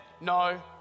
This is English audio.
No